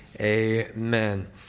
amen